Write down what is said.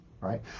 right